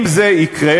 אם זה יקרה,